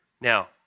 Now